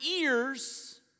ears